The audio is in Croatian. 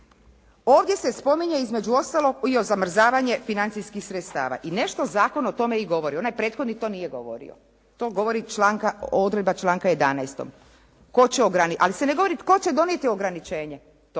Ovdje se spominje između ostalog i o zamrzavanje financijskih sredstava i nešto zakon o tome i govori. Onaj prethodni to nije govorio. To govori odredba članka 11., ali se ne govori tko će donijeti ograničenje to,